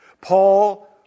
Paul